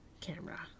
camera